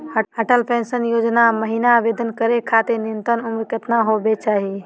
Atal pension Yojana महिना आवेदन करै खातिर न्युनतम उम्र केतना होवे चाही?